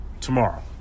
Tomorrow